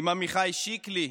עם עמיחי שיקלי,